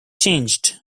changed